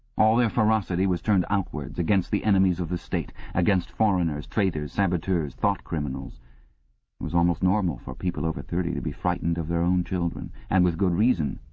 all their ferocity was turned outwards, against the enemies of the state, against foreigners, traitors, saboteurs, thought-criminals. it was almost normal for people over thirty to be frightened of their own children. and with good reason,